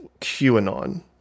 QAnon